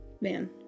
man